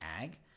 ag